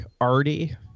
arty